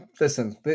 Listen